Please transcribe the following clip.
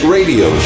Radio